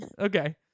Okay